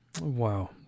Wow